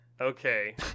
Okay